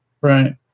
Right